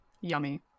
Yummy